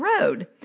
road